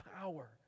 power